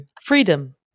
Freedom